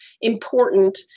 important